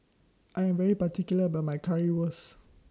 I Am very particular about My Currywurst